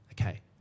Okay